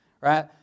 Right